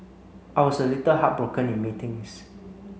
I was a little heartbroken in meetings